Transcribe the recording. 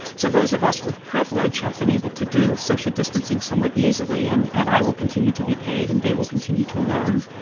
so those of us with privilege have been able to do social distancing somewhat easily. and and i will continue to be paid, and they will continue to learn.